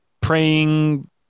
praying